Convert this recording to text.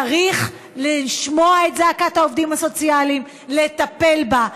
צריך לשמוע את זעקת העובדים הסוציאליים ולטפל בה.